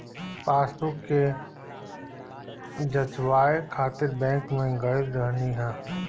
passbook के जचवाए खातिर बैंक में गईल रहनी हअ